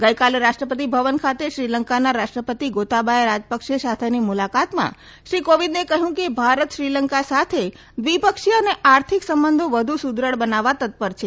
ગઇકાલે રાષ્ટ્રપતિ ભવન ખાતે શ્રીલંકાના રાષ્ટ્રપતિ ગોતાબાયા રાજપક્ષે સાથેની મુલાકાતમાં શ્રી કોવિંદે કહયું કે ભારત શ્રીલંકા સાથે દ્વિપક્ષીય અને આર્થિક સંબંધો વધુ સુદૃઢ બનાવવા તત્પર છે